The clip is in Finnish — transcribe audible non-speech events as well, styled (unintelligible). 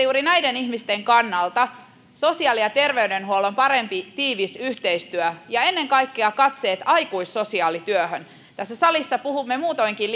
(unintelligible) juuri näiden ihmisten kannalta tarvitaan sosiaali ja terveydenhuollon parempi tiivis yhteistyö ja ennen kaikkea katseet aikuissosiaalityöhön tässä salissa puhumme muutoinkin (unintelligible)